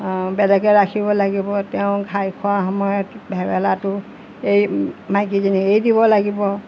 বেলেগে ৰাখিব লাগিব তেওঁ ঘাই খোৱা সময়ত ভেবেলাটো এই মাইকীজনী এৰি দিব লাগিব